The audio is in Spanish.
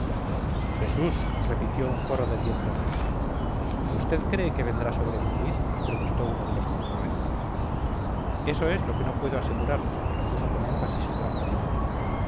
jesús repitió un coro de diez voces vd cree que vendrá sobre madrid preguntó uno de los concurrentes eso es lo que no puedo asegurar repuso con énfasis el gran capitán